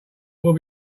will